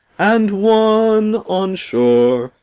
and one on shore,